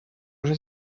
уже